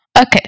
Okay